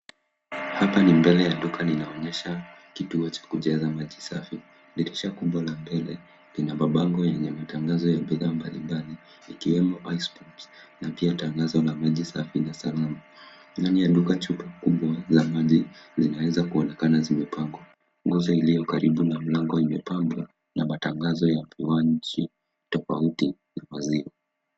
Hapa ni mbele ya duka linaonyesha kituo cha kucheza maji safi dirisha kubwa la mbele Lina mapango lenye matangazo ya bidhaa mbalimbali zikiwemo ice pot na pia tangazo la maji safi na salmon ndani ya duka kuna chupa kubwa la maji ambayo inaweza kuonekana zimepangwa. Nguo iliokaribu na mlango imepangwa na matangazo ya kuwa tofouti na pa zero.